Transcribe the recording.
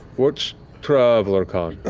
what's traveler con?